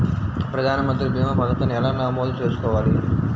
ప్రధాన మంత్రి భీమా పతకాన్ని ఎలా నమోదు చేసుకోవాలి?